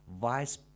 vice